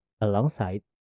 alongside